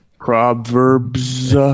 Proverbs